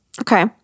Okay